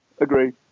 agree